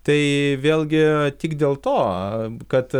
tai vėlgi tik dėl to kad